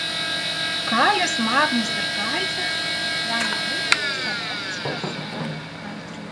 kalis magnis ir kalcis gali būti savotiška atsvara natriui